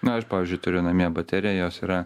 na aš pavyzdžiui turiu namie bateriją jos yra